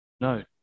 No